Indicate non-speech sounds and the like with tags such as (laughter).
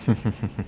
(laughs)